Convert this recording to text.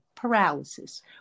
paralysis